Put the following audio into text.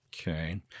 Okay